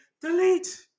delete